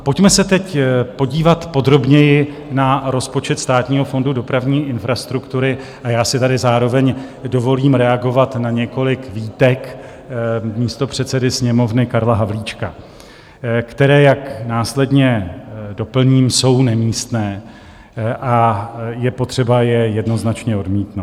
Pojďme se teď podívat podrobněji na rozpočet Státního fondu dopravní infrastruktury a já si tady zároveň dovolím reagovat na několik výtek místopředsedy Sněmovny Karla Havlíčka, které, jak následně doplním, jsou nemístné a je potřeba je jednoznačně odmítnout.